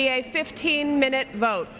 be a fifteen minute vote